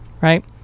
right